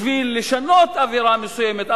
בשביל לשנות אווירה מסוימת,